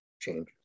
changes